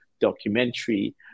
documentary